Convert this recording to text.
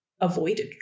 avoided